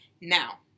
Now